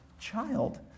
child